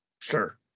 sure